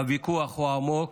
הוויכוח הוא עמוק.